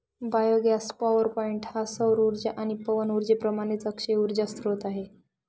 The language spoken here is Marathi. बायोगॅस पॉवरपॉईंट हा सौर उर्जा आणि पवन उर्जेप्रमाणेच अक्षय उर्जा स्त्रोत आहे